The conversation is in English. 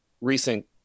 recent